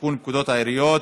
לתיקון פקודת העיריות